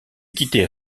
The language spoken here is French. quittait